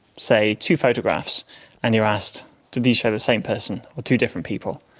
say, two photographs and you're asked do these show the same person or two different people.